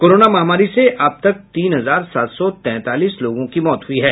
corona महामारी से अब तक तीन हजार सात सौ तैंतालीस लोगों की मौत हुई है